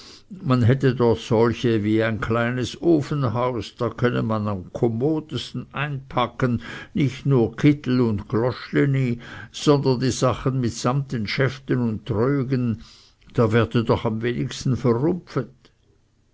man hätte dort welche wie ein kleines ofenhaus da könne man am kommodsten einpacken nicht nur kittel und gloschleni sondern die sachen mitsamt den schäften und trögen da werde doch am wenigsten